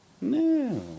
No